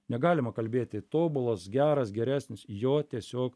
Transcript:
negalima kalbėti tobulas geras geresnis jo tiesiog